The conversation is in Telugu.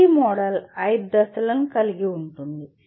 ADDIE మోడల్ 5 దశలను కలిగి ఉంది